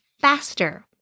faster